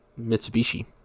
Mitsubishi